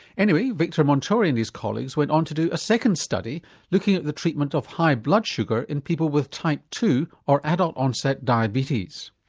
anyway victor montori and his colleagues went on to do a second study looking at the treatment of high blood sugar in people with type two, or adult onset diabetes.